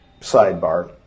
Sidebar